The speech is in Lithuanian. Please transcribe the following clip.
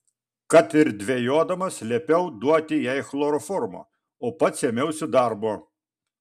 kad ir dvejodamas liepiau duoti jai chloroformo o pats ėmiausi darbo